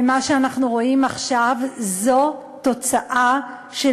ומה שאנחנו רואים עכשיו זו תוצאה של